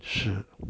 是